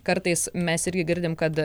kartais mes irgi girdim kad